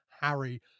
Harry